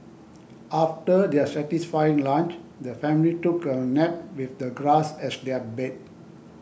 after their satisfying lunch the family took a nap with the grass as their bed